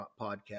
podcast